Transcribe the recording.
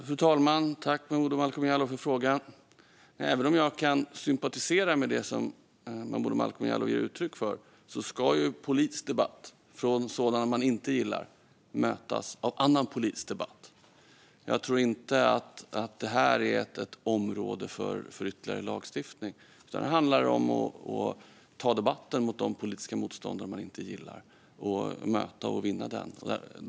Fru talman! Tack, Momodou Malcolm Jallow, för frågan! Även om jag kan sympatisera med det som Momodou Malcolm Jallow ger uttryck för ska politisk debatt från sådana man inte gillar mötas av annan politisk debatt. Jag tror inte att det här är ett område för ytterligare lagstiftning, utan här handlar det om att ta debatten med de politiska motståndare man inte gillar och möta dem och vinna debatten.